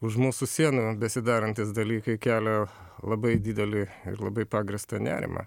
už mūsų sienų besidarantys dalykai kelia labai didelį labai pagrįstą nerimą